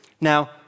Now